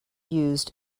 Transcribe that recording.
used